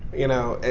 you know?